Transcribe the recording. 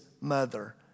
mother